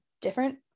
different